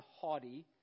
haughty